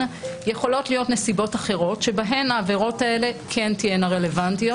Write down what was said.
יכולות להיות נסיבות אחרות בהן העבירות האלה כן תהיינה רלוונטיות.